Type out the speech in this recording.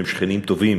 הם שכנים טובים